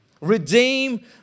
Redeem